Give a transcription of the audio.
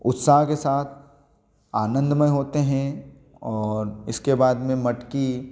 उत्साह के साथ आनंदमय होते हैं और इसके बाद में मटकी